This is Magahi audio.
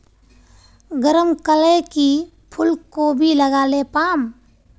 गरम कले की फूलकोबी लगाले पाम?